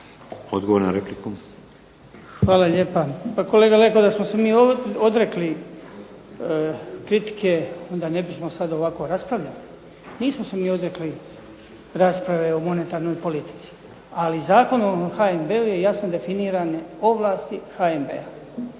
Goran (HDZ)** Hvala lijepa. Kolega Leko da smo se mi odrekli kritike onda ne bismo sada ovako raspravljali. Nismo se mi odrekli rasprave o monetarnoj politici ali Zakonom o HNB-u su jasno definirane ovlasti HNB-a.